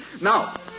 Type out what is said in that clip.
Now